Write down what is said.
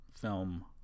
film